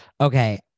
Okay